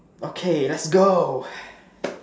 okay lets go